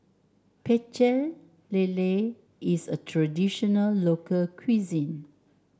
Pecel Lele is a traditional local cuisine